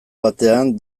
batean